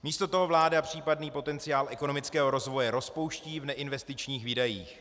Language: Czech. Místo toho vláda případný potenciál ekonomického rozvoje rozpouští v neinvestičních výdajích.